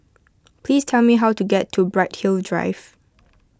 please tell me how to get to Bright Hill Drive